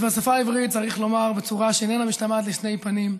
ובשפה העברית צריך לומר בצורה שאיננה משתמעת לשתי פנים: